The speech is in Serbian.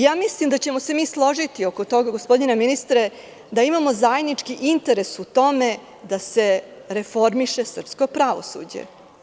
Ja mislim da ćemo se mi složiti oko toga gospodine ministre, da imamo zajednički interes u tome da se reformiše srpsko pravosuđe.